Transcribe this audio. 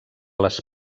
les